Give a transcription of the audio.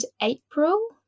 April